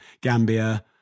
Gambia